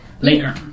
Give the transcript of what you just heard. later